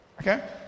Okay